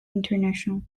international